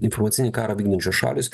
informacinį karą vykdančios šalys